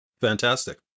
Fantastic